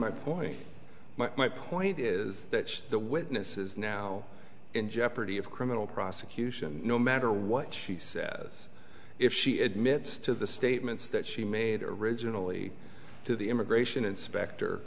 my point my point is that the witness is now in jeopardy of criminal prosecution no matter what she says if she admits to the statements that she made originally to the immigration inspector